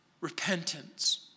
Repentance